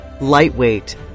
lightweight